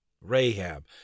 Rahab